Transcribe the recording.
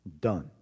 Done